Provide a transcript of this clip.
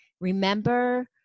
remember